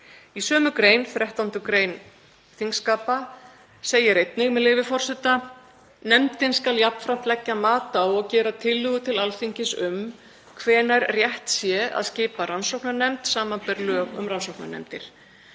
Í sömu grein, 13. gr. þingskapa, segir einnig, með leyfi forseta: „Nefndin skal jafnframt leggja mat á og gera tillögu til Alþingis um hvenær rétt er að skipa rannsóknarnefnd, sbr. lög um rannsóknarnefndir.